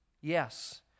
Yes